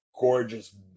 gorgeous